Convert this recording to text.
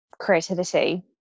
creativity